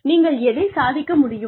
நீங்கள் எதைச் சாதிக்க முடியும்